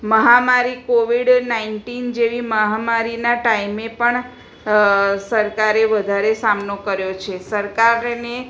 મહામારી Covid nineteen જેવી મહામારીના ટાઈમે પણ સરકારે વધારે સામનો કર્યો છે સરકારને